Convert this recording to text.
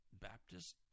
Baptist